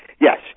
yes